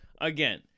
again